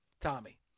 Tommy